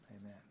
Amen